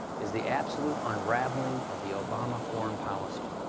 is the absolute unraveling of the obama foreign policy.